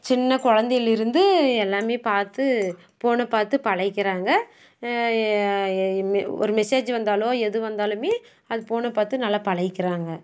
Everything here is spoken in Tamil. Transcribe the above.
சின்ன குழந்தைல இருந்து எல்லாமே பார்த்து ஃபோனை பார்த்து பழகிக்கிறாங்க இனிமே ஒரு மெசேஜ் வந்தாலோ எது வந்தாலுமே அது ஃபோனை பார்த்து நல்லா பழகிக்கிறாங்க